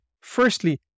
Firstly